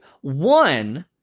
one